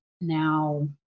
now